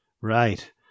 Right